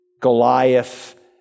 Goliath